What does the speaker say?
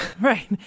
Right